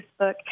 Facebook